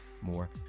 more